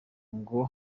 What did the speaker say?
ngo